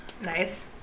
nice